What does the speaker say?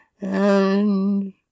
and—